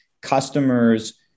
customers